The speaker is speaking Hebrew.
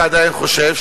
ועדיין חושב,